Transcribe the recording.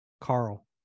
Carl